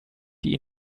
die